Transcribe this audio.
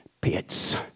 pits